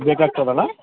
ಬೇಕಾಗ್ತದಲ್ಲ